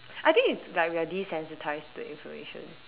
I think it's like we are desensitised to information